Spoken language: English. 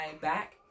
back